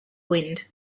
wind